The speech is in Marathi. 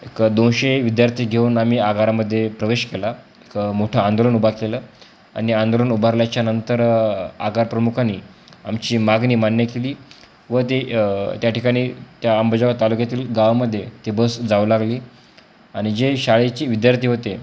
एक दोनशे विद्यार्थी घेऊन आम्ही आगारामध्ये प्रवेश केला एक मोठं आंदोलन उभा केलं आणि आंदोलन उभारल्याच्यानंतर आगार प्रमुखानी आमची मागनी मान्य केली व ते त्या ठिकाणी त्या अंबेजोगाई तालुक्यातील गावामध्ये ती बस जाऊ लागली आणि जे शाळेची विद्यार्थी होते